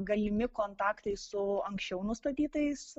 galimi kontaktai su anksčiau nustatytais